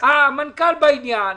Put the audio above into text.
המנכ"ל בעניין.